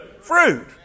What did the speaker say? fruit